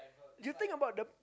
you think about the